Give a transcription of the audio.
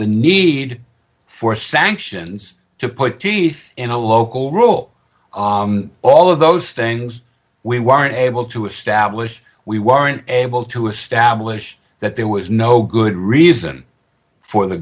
the need for sanctions to put teeth in a local rule all of those things we weren't able to establish we weren't able to establish that there was no good reason for the